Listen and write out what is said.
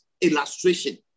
illustration